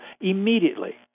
immediately